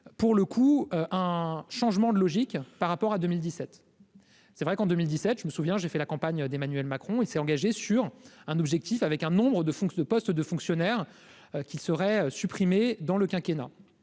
pour le coup, un changement de logique par rapport à 2017, c'est vrai qu'en 2017, je me souviens, j'ai fait la campagne d'Emmanuel Macron et s'est engagé sur un objectif avec un nombre de fonds que de postes de fonctionnaires qu'ils seraient supprimés dans le quinquennat